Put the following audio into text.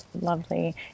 lovely